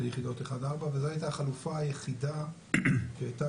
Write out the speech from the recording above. ליחידות 1-4 וזו הייתה החלופה היחידה שהיא הייתה